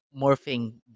morphing